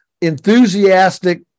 enthusiastic